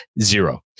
Zero